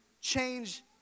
change